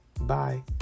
bye